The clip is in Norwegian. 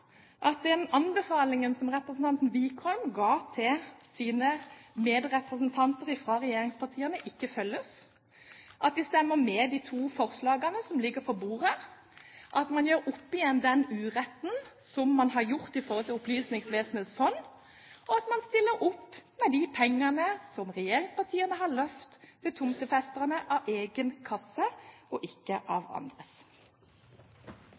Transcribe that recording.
at den anbefalingen som representanten Wickholm ga til sine medrepresentanter fra regjeringspartiene, ikke følges, at vi stemmer for det forslaget, I og II, som ligger på bordet, at man gjør opp igjen den uretten man har gjort med hensyn til Opplysningsvesenets fond, og at man stiller opp med de pengene som regjeringspartiene har lovet til tomtefesterne, av egen kasse og ikke